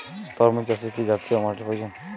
তরমুজ চাষে কি জাতীয় মাটির প্রয়োজন?